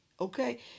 Okay